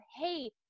hey